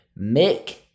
Mick